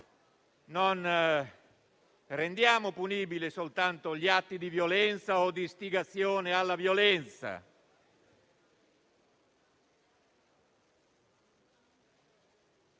non rendiamo punibili soltanto gli atti di violenza o di istigazione alla violenza...